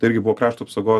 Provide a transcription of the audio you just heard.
irgi buvo krašto apsaugos